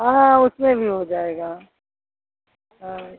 हाँ हाँ उसमें भी हो जाएगा हाँ